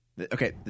Okay